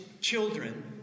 children